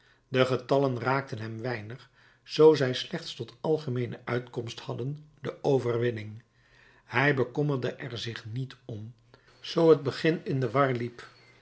de getallen raakten hem weinig zoo zij slechts tot algemeene uitkomst hadden de overwinning hij bekommerde er zich niet om zoo het begin in de war liep